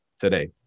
today